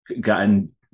gotten